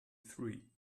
three